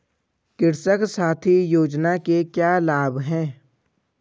कृषक साथी योजना के क्या लाभ हैं?